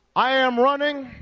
i am running